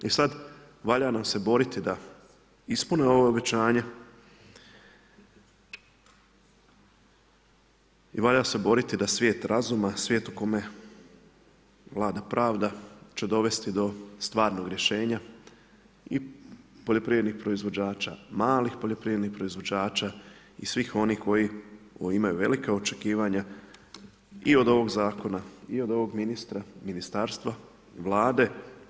I sad valja nam se boriti da ispune ova obećanja i valja se boriti da svijet razuma, svijet u kome vlada pravda će dovesti do stvarnog rješenja i poljoprivrednih proizvođača, malih poljoprivrednih proizvođača i svih onih koji imaju velika očekivanja i od ovog zakona i od ovog ministra, ministarstva, Vlade.